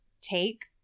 take